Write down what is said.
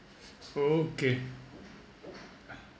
okay